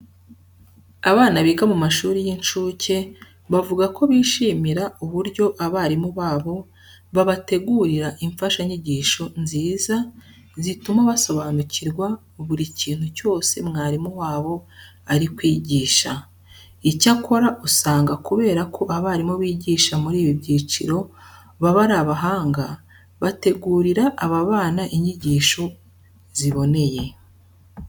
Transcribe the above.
Abana biga mu mashuri y'incuke bavuga ko bishimira uburyo abarimu babo babategurira imfashanyigisho nziza zituma basobanukirwa buri kintu cyose mwarimu wabo ari kwigisha. Icyakora usanga kubera ko abarimu bigisha muri ibi byiciro baba ari abahanga, bategurira aba bana inyigisho ziboneye.